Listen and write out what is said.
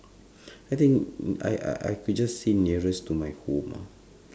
I think I I I just say nearest to my home ah